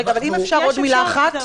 אנחנו --- אם אפשר, עוד מילה אחת.